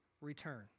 Return